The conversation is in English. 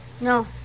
No